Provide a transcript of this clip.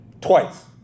Twice